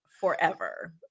forever